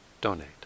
donate